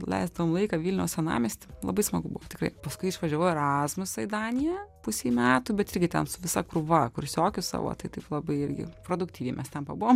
leisdavom laiką vilniaus senamiesty labai smagu buvo tikrai paskui išvažiavau į erasmusą į daniją pusei metų bet irgi ten su visa krūva kursiokių savo tai taip labai irgi produktyviai mes ten pabuvom